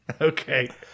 Okay